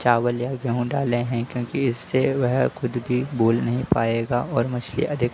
चावल या गेहूँ डाले हैं क्योंकि इससे वह खुद भी बोल नहीं पाएगा और मछलियाँ अधिक